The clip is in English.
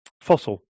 fossil